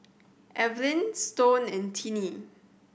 Evelyne Stone and Tiney